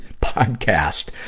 podcast